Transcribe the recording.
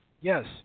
yes